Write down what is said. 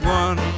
one